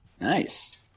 Nice